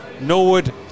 Norwood